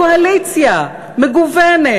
קואליציה מגוונת.